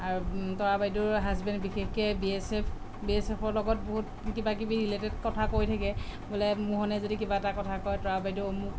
আৰু তৰা বাইদেউৰ হাজবেণ্ড বিশেষকে বিএছএফ বিএছএফৰ লগত বহুত কিবা কিবি ৰিলেটেড কথা কৈ থাকে বোলে মোহনে যদি কিবা এটা কথা কয় তৰা বাইদেউ অমুক